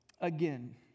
again